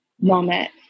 moment